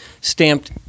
stamped